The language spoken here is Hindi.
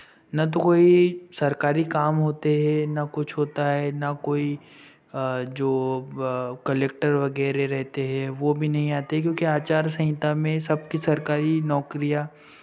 ना तो कोई सरकारी काम होते हैं ना कुछ होता है ना कोई जो कलक्टर वगैरह रहते हैं वो भी नहीं आते हैं क्योंकि आचारसंहिता में सब की सरकारी नौकरियाँ